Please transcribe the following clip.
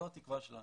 זו התקווה שלנו,